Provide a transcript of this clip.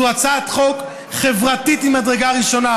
זו הצעת חוק חברתית ממדרגה ראשונה,